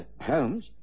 Holmes